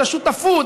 השותפות,